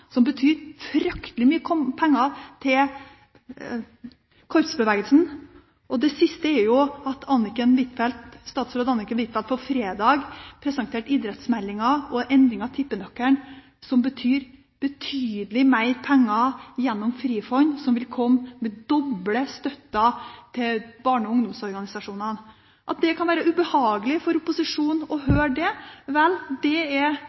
som betyr veldig mye penger til korpsbevegelsen. Det siste er at statsråd Anniken Huitfeldt på fredag presenterte idrettsmeldingen og en endring av tippenøkkelen, noe som betyr betydelig mer penger gjennom Frifond, der man vil doble støtten til barne- og ungdomsorganisasjonene. At det kan være ubehagelig for opposisjonen å høre det,